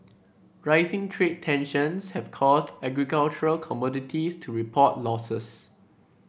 rising trade tensions have caused agricultural commodities to report losses